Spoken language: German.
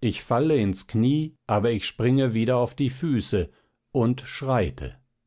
ich falle ins knie aber ich springe wieder auf die füße und schreite